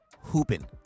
Hooping